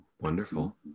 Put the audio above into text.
Wonderful